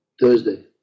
Thursday